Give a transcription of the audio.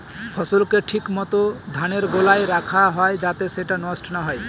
ফসলকে ঠিক মত ধানের গোলায় রাখা হয় যাতে সেটা নষ্ট না হয়